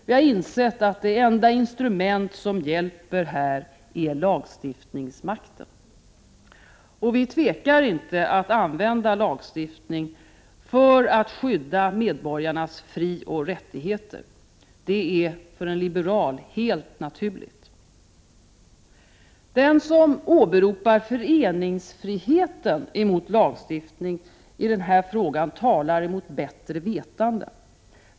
Vi har insett att det enda instrument som hjälper här är lagstiftningsmakten. Vi tvekar inte att använda lagstiftning för att skydda medborgarnas frioch rättigheter. Det är för en liberal helt naturligt. Den som åberopar föreningsfriheten mot lagstiftning i denna fråga talar mot bättre vetande.